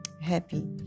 happy